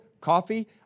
coffee